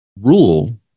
rule